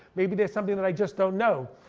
maybe there's something that i just don't know.